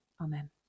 amen